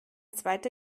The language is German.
zweite